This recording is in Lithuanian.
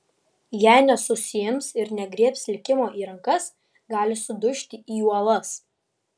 jei nesusiims ir negriebs likimo į rankas gali sudužti į uolas